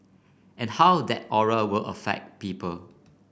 and how that aura will affect people